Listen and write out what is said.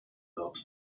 wird